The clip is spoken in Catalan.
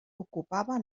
ocupava